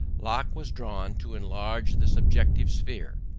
locke was drawn to enlarge the subjective sphere.